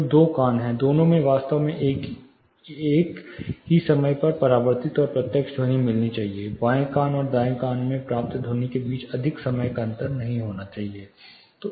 तो दो कान हैं दोनों को वास्तव में एक ही समय में परावर्तित और प्रत्यक्ष ध्वनि मिलनी चाहिए बाएं कान और दाएं कान में प्राप्त ध्वनि के बीच अधिक समय का अंतर नहीं होना चाहिए